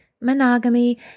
monogamy